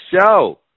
show